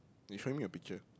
you show me your picture